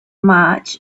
march